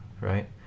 right